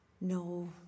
no